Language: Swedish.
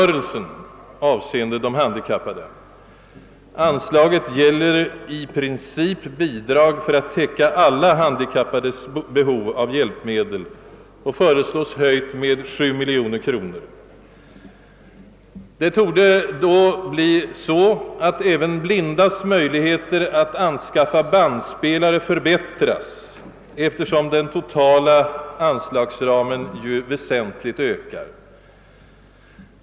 Även de blindas möjligheter att anskaffa bandspelare torde då komma att förbättras, eftersom den totala anslagsramen kan väntas så väsentligt öka.